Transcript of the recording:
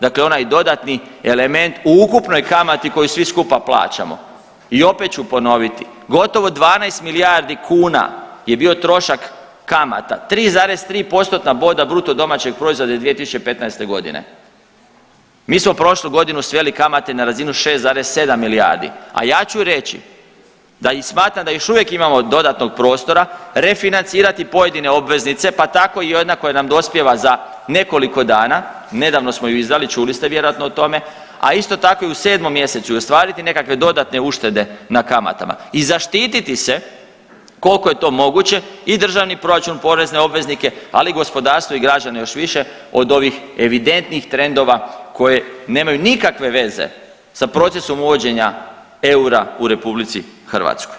Dakle, onaj dodatni element u ukupnoj kamati koju svi skupa plaćamo i opet ću ponoviti, gotovo 12 milijardi kuna je bio trošak kamata, 3,3 postotna boda BDP-a 2015. g. Mi smo prošlu godinu sveli kamate na razinu 6,7 milijardi, a ja ću reći da i smatram da još uvijek imamo dodatnog prostora refinancirati pojedine obveznice, pa tako i ona koja nam dospijeva za nekoliko dana, nedavno smo ju izdali, čuli ste vjerojatno o tome, a isto tako i u 7. mj. ostvariti nekakve dodatne uštede na kamatama i zaštititi se koliko je to moguće, i državni proračun, porezne obveznice, ali i gospodarstvo i građane još više od ovih evidentnih trendova koje nemaju nikakve veze sa procesom uvođenja eura u RH.